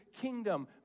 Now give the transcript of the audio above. kingdom